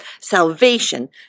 salvation